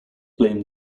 blame